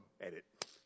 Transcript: edit